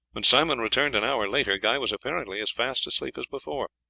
when simon returned an hour later, guy was apparently as fast asleep as before.